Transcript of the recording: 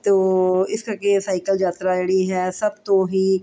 ਤੋ ਇਸ ਕਰਕੇ ਸਾਈਕਲ ਯਾਤਰਾ ਜਿਹੜੀ ਹੈ ਸਭ ਤੋਂ ਹੀ